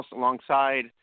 alongside